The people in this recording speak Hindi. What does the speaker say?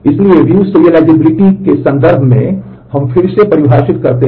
इसलिए व्यू सीरियलाइज़ेबिलिटी को परिभाषित कर रहे हैं